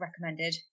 recommended